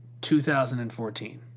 2014